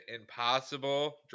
Impossible